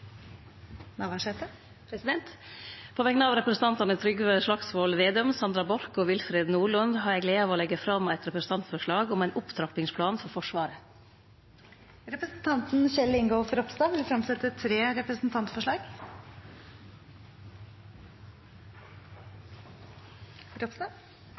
Navarsete vil fremsette et representantforslag. På vegner av stortingsrepresentantane Trygve Slagsvold Vedum, Sandra Borch, Willfred Nordlund og meg sjølv har eg gleda av å leggje fram eit representantforslag om ein opptrappingsplan for Forsvaret. Representanten Kjell Ingolf Ropstad vil fremsette tre